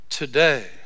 Today